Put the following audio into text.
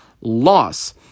loss